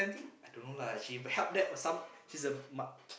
I don't know lah she help that or some she's a ma~